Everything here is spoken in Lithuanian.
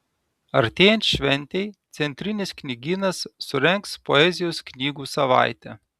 artėjant šventei centrinis knygynas surengs poezijos knygų savaitę